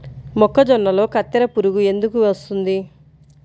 మొక్కజొన్నలో కత్తెర పురుగు ఎందుకు వస్తుంది?